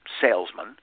salesman